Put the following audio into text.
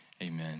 Amen